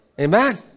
Amen